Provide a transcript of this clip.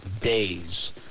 days